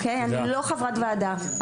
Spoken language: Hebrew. אני לא חברת ועדה,